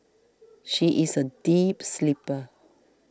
she is a deep sleeper